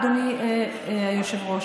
אדוני היושב-ראש,